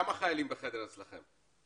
כמה חיילים בחדר אצלכם?